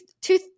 two